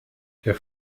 der